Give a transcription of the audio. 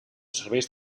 serveis